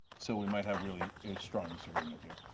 so we might have really a strong disagreement here.